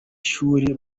ishuri